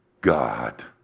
God